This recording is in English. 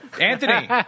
Anthony